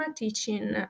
teaching